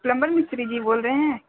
plumber مستری جی بول رہے ہیں